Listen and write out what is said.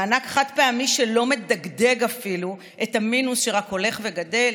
מענק חד-פעמי שלא מדגדג אפילו את המינוס שרק הולך וגדל